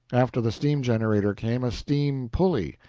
after the steam-generator came a steam-pulley,